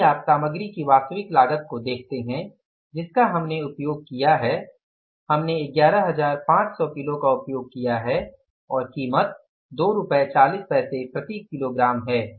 यदि आप सामग्री की वास्तविक लागत को देखते हैं जिसका हमने उपयोग किया है हमने 11500 किलो का उपयोग किया है और कीमत 24 रुपये प्रति किलोग्राम है